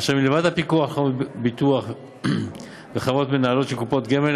אשר מלבד הפיקוח על חברות ביטוח וחברות מנהלות של קופות גמל,